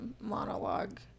monologue